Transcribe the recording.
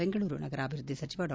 ಬೆಂಗಳೂರು ನಗರಾಭಿವೃದ್ಧಿ ಸಚಿವ ಡಾ